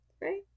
Right